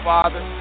Father